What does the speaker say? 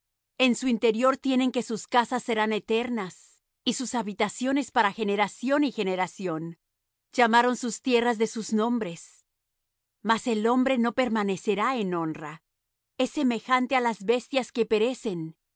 en su interior tienen que sus casas serán eternas y sus habitaciones para generación y generación llamaron sus tierras de sus nombres mas el hombre no permanecerá en honra es semejante á las bestias que perecen